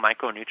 micronutrients